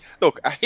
look